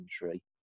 country